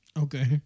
Okay